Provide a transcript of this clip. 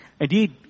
Indeed